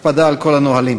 הקפדה על כל הנהלים,